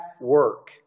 work